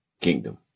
kingdom